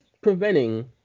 preventing